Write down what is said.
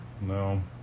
No